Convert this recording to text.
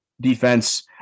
defense